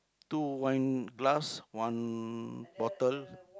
two wine glass one bottle